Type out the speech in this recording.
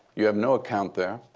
you have no account there.